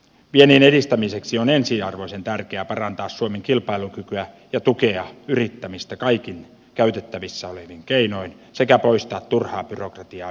viennin edistämiseksi on ensiarvoisen tärkeää parantaa suomen kilpailukykyä ja tukea yrittämistä kaikin käytettävissä olevin keinoin sekä poistaa turhaa byrokratiaa yrittämisestä